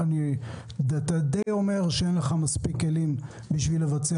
אתה די אומר שאין לך מספיק כלים בשביל לבצע